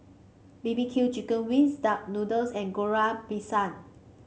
B B Q Chicken Wings Duck Noodles and Goreng Pisang